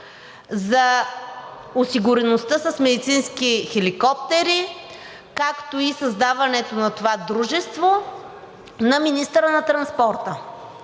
за осигуреността с медицински хеликоптери, както и за създаването на това дружество, на министъра на транспорта?